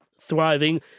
thriving